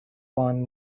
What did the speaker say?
porn